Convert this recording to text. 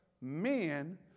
men